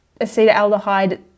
acetaldehyde